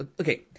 Okay